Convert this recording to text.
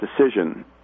decision